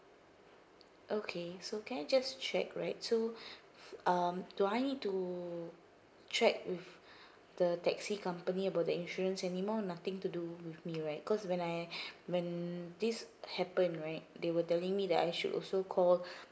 okay so can I just check right so um do I need to check with the taxi company about the insurance anymore nothing to do with me right cause when I when this happened right they were telling me that I should also call